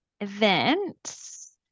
events